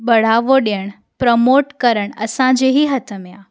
बढावो ॾियण प्रमोट करणु असांजे ई हथ में आहे